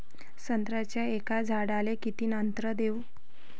संत्र्याच्या एका झाडाले किती नत्र देऊ?